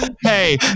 Hey